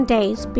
Days